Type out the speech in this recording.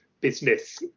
business